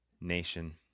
nation